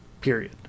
period